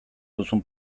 duzun